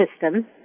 system